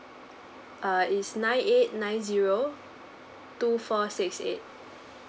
err is nine eight nine zero two four six eight